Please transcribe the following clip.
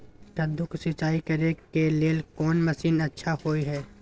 कद्दू के सिंचाई करे के लेल कोन मसीन अच्छा होय है?